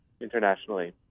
internationally